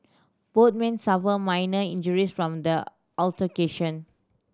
both men suffered minor injuries from the altercation